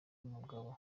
umugabo